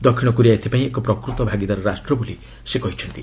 ଦକ୍ଷିଣ କୋରିଆ ଏଥିପାଇଁ ଏକ ପ୍ରକୃତ ଭାଗିଦାର ରାଷ୍ଟ୍ର ବୋଲି ସେ କହିଛନ୍ତି